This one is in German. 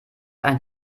ein